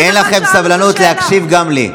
אין לכם סבלנות להקשיב גם לי.